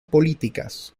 políticas